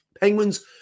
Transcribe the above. Penguins